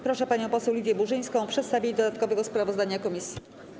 Proszę panią poseł Lidię Burzyńską o przedstawienie dodatkowego sprawozdania komisji.